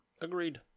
Agreed